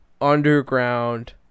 underground